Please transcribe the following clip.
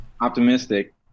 optimistic